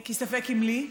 כי ספק אם לי.